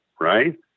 right